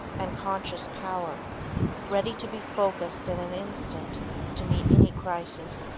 and conscious power ready to be focused in an instant to meet any crisis.